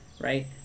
Right